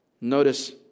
Notice